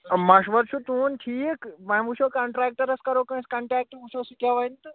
مَشوَر چھُ تُہُنٛد ٹھیٖک وۄنۍ وٕچھو کَنٹرٛٮ۪کٹَرَس کَرو کٲنٛسہِ کَنٹٮ۪کٹ وٕچھو سُہ کیٛاہ وَنہِ تہٕ